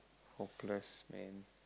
hopeless man